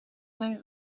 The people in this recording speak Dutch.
zijn